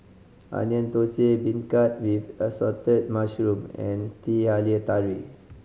Onion Thosai beancurd with assorted mushroom and Teh Halia Tarik